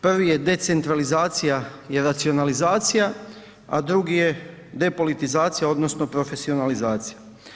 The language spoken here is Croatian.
Prvi je decentralizacija i racionalizacija, a drugi je depolitizacija odnosno profesionalizacija.